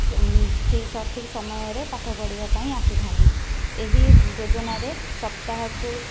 ଠିକ ସଠିକ ସମୟରେ ପାଠ ପଢ଼ିବା ପାଇଁ ଆସିଥାନ୍ତି ଏହି ଯୋଜନାରେ ସପ୍ତାହକୁ